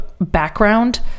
background